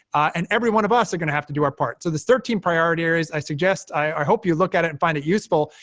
and every one of us are going to have to do our part. so these thirteen priority areas, i suggest i hope you look at and find it useful,